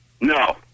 No